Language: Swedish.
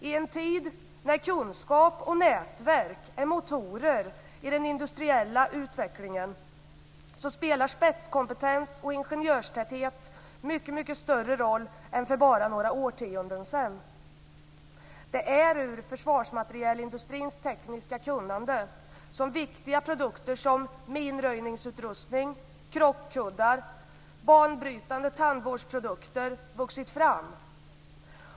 I en tid när kunskap och nätverk är motorer i den industriella utvecklingen spelar spetskompetens och ingenjörstäthet mycket större roll än för bara några årtionden sedan. Det är ur försvarsmaterielindustrins tekniska kunnande som viktiga produkter som minröjningsutrustning, krockkuddar och banbrytande tandvårdsprodukter vuxit fram.